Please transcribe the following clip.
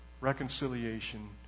reconciliation